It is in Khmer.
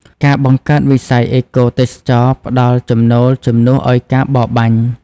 ការបង្កើតវិស័យអេកូទេសចរណ៍ផ្តល់ចំណូលជំនួសឱ្យការបរបាញ់។